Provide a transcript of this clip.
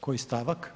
Koji stavak?